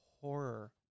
horror